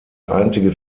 einzige